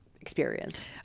experience